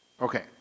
Okay